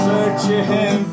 Searching